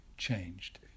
changed